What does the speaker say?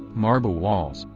marble walls,